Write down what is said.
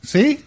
See